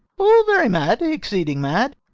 o very mad, exceeding mad,